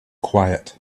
quiet